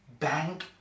Bank